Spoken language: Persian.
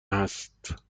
هست